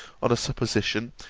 on a supposition,